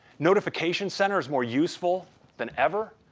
notification center is more useful than ever.